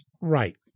Right